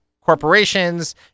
corporations